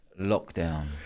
lockdown